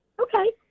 Okay